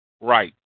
right